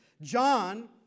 John